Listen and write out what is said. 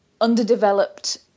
underdeveloped